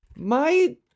My-